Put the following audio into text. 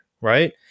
right